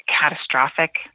Catastrophic